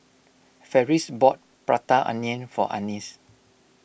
Ferris bought Prata Onion for Annis